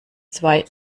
zwei